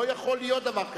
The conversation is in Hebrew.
לא יכול להיות דבר כזה.